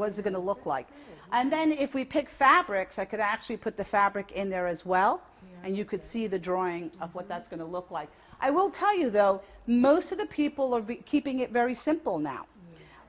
was going to look like and then if we pick fabrics i could actually put the fabric in there as well and you could see the drawing of what that's going to look like i will tell you though most of the people of keeping it very simple now